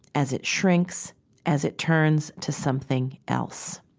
as it shrinks as it turns to something else